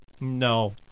No